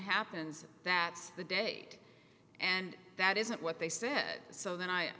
happens that's the day and that isn't what they said so then i